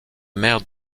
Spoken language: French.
mère